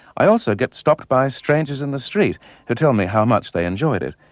i also get stopped by strangers in the street who tell me how much they enjoyed it.